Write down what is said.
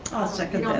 second